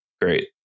Great